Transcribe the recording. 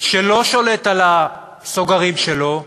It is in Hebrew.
שלא שולט בסוגרים שלו,